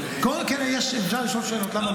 כן, אפשר לשאול שאלות, למה לא?